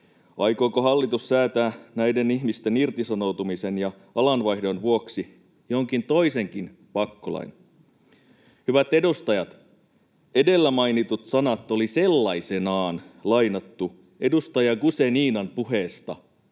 Aikooko hallitus säätää näiden ihmisten irtisanoutumisen ja alanvaihdon vuoksi jonkin toisenkin pakkolain? Hyvät edustajat, edellä mainitut sanat oli sellaisenaan lainattu edustaja Guzeninan puheesta